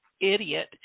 idiot